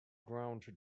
ground